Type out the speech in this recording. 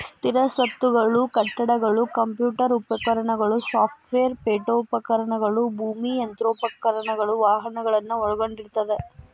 ಸ್ಥಿರ ಸ್ವತ್ತುಗಳು ಕಟ್ಟಡಗಳು ಕಂಪ್ಯೂಟರ್ ಉಪಕರಣಗಳು ಸಾಫ್ಟ್ವೇರ್ ಪೇಠೋಪಕರಣಗಳು ಭೂಮಿ ಯಂತ್ರೋಪಕರಣಗಳು ವಾಹನಗಳನ್ನ ಒಳಗೊಂಡಿರ್ತದ